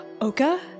Oka